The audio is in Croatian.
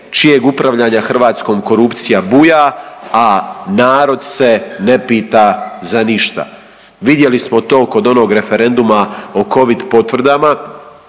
čijeg upravljanja Hrvatskom korupcija buja, a narod se ne pita za ništa. Vidjeli smo to kod onog referenduma o covid potvrdama